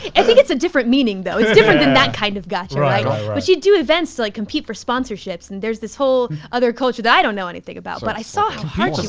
and think it's a different meaning though. it's different than that kind of gotcha. but you do events like compete for sponsorships and there's this whole other culture that i don't know anything about. but i saw how hard she